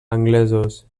anglesos